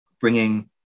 bringing